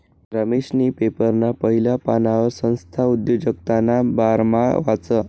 रमेशनी पेपरना पहिला पानवर संस्था उद्योजकताना बारामा वाचं